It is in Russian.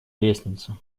лестница